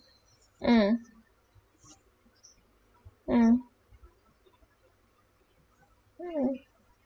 mm mm mm